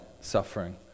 suffering